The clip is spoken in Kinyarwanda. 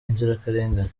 inzirakarengane